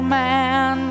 man